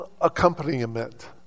accompaniment